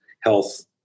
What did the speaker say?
health